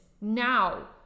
Now